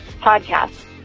podcast